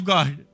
God